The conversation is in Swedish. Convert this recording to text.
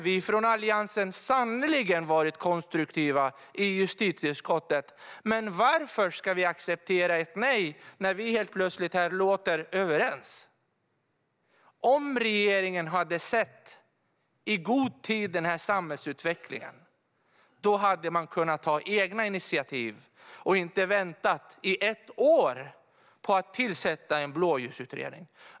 Vi i Alliansen har sannerligen varit konstruktiva i justitieutskottet, men varför ska vi acceptera ett nej när vi här plötsligt låter överens? Om regeringen i god tid hade sett den här samhällsutvecklingen hade man kunnat ta egna initiativ och inte väntat i ett år på att tillsätta en blåljusutredning.